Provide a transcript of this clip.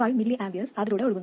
5 mA അതിലൂടെ ഒഴുകുന്നു